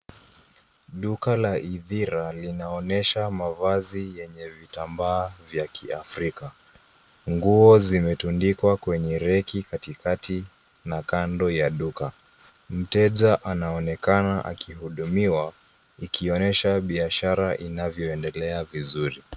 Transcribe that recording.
Duka la idhira linaonyesha mavazi yenye vitambaa vya kiafrika. Nguo zimetundikwa kwenye reki katikati na kando ya duka. Mteja anaonekana akihudumiwa ikionyesha biashara inavyoendelea vizuri.